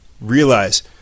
realize